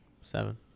Seven